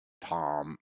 Tom